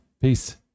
Peace